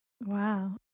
Wow